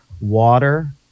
water